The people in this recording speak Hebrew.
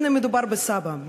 בין אם מדובר בסבא"א,